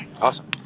Awesome